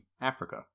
Africa